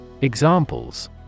Examples